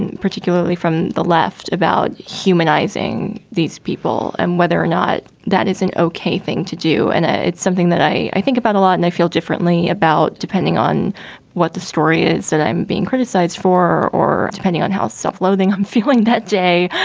particularly from the left, about humanizing these people and whether or not that is an ok thing to do. and ah it's something that i think about a lot and i feel differently about depending on what the story is and i'm being criticized for or depending on how self-loathing i'm feeling that day.